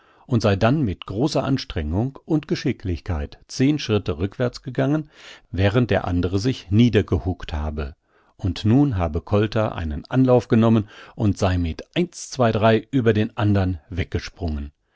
und sei dann mit großer anstrengung und geschicklichkeit zehn schritte rückwärts gegangen während der andre sich niedergehuckt habe und nun habe kolter einen anlauf genommen und sei mit eins zwei drei über den andern weggesprungen